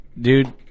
Dude